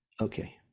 Okay